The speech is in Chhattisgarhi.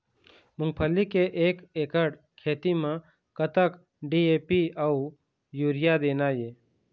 मूंगफली के एक एकड़ खेती म कतक डी.ए.पी अउ यूरिया देना ये?